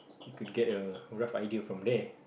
you could get a rough idea from there